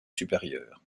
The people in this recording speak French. supérieur